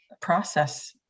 process